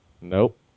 Nope